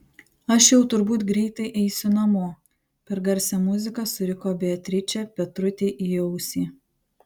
aš jau turbūt greitai eisiu namo per garsią muziką suriko beatričė petrutei į ausį